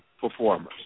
performers